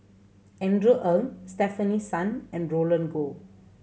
Andrew Ang Stefanie Sun and Roland Goh